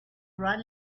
run